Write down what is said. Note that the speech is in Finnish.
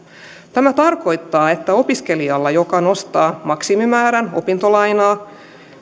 tämä tarkoittaa että opiskelijalla joka nostaa maksimimäärän opintolainaa